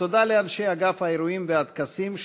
ותודה לאנשי אגף טקסים ואירועים,